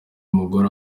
mugore